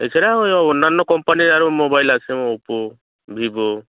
এছাড়াও ওই ও অন্যান্য কোম্পানির আরও মোবাইল আছে ওপো ভিভো